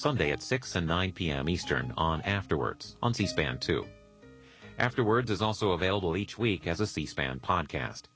sunday at six and nine p m eastern on afterwards on c span two afterwards is also available each week as the c span pod cast